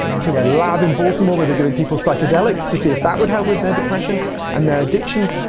to a lab in baltimore where they're giving people psychedelics to see if that would help with their depression and their addictions.